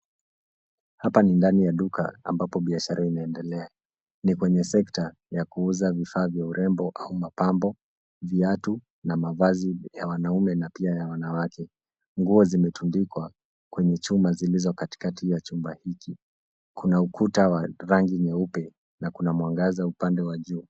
Hapa ni ndani ya duka ambapo biashara inaendelea. Ni kwenye sekta ya kuuza vifaa vya urembo au mapambo, viatu na mavazi ya wanaume na pia ya wanawake. Nguo zimetundikwa kwenye chuma zilizo katikati ya chumba hiki. Kuna ukuta wa rangi nyeupe na kuna mwangaza upande wa juu.